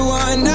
one